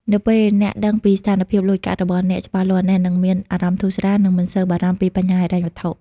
នៅពេលអ្នកដឹងពីស្ថានភាពលុយកាក់របស់អ្នកច្បាស់លាស់ អ្នកនឹងមានអារម្មណ៍ធូរស្រាល និងមិនសូវបារម្ភពីបញ្ហាហិរញ្ញវត្ថុ។